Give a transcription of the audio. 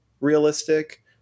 realistic